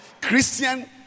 Christian